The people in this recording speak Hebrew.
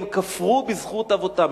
הם כפרו בזכות אבותם.